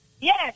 Yes